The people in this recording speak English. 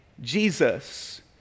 Jesus